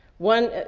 one,